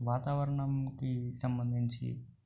వాతావరణంకి సంబంధించి